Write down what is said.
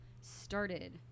started